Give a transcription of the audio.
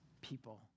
people